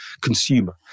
consumer